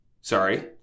sorry